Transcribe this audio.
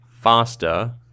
faster